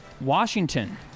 Washington